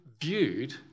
viewed